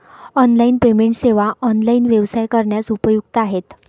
online payment सेवा online व्यवसाय करण्यास उपयुक्त आहेत